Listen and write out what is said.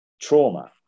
trauma